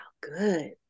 good